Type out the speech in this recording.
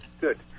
Good